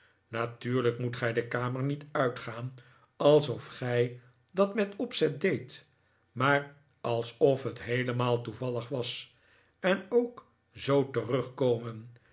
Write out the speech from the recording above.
natuurlijk moet gij de kamer niet uitgaan alsof gij dat met opzet deedt maar alsof het heelemaal toevallig was en ook zoo terugkomen